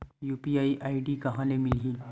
UPI ID कहां ले मिलही?